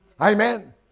Amen